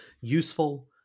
useful